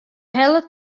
hellet